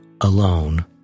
alone